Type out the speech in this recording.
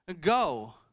Go